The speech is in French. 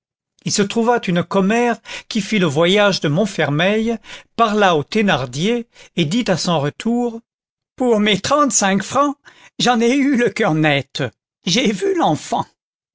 il se trouva une commère qui fit le voyage de montfermeil parla aux thénardier et dit à son retour pour mes trente-cinq francs j'en ai eu le coeur net j'ai vu l'enfant